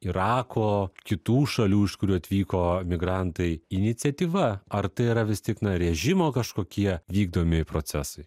irako kitų šalių iš kurių atvyko migrantai iniciatyva ar tai yra vis tik na režimo kažkokie vykdomi procesai